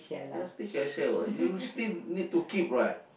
ya still can share what you still need to keep right